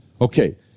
Okay